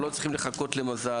אנחנו לא צריכים לחכות למזל,